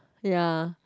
ya